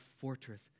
fortress